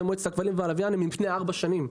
מועצת הכבלים והלוויין הם מלפני 4 שנים.